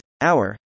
hour